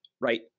right